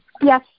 Yes